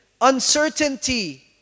Uncertainty